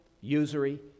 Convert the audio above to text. usury